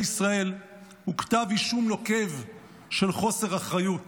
ישראל הוא כתב אישום נוקב של חוסר אחריות.